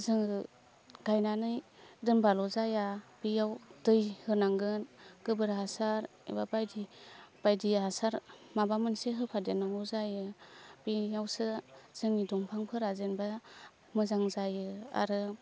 जोङो गायनानै दोनबाल' जाया बेयाव दै होनांगोन गोबोर हासार एबा बायदि बायदि हासार माबा मोनसे होफा देरनांगौ जायो बेयावसो जोंनि दंफांफोरा जेनबा मोजां जायो आरो